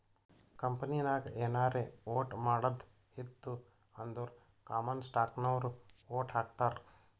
ಕಂಪನಿನಾಗ್ ಏನಾರೇ ವೋಟ್ ಮಾಡದ್ ಇತ್ತು ಅಂದುರ್ ಕಾಮನ್ ಸ್ಟಾಕ್ನವ್ರು ವೋಟ್ ಹಾಕ್ತರ್